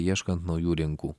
ieškant naujų rinkų